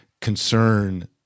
concern